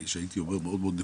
שהייתי אומר מאוד מאוד נקודתית,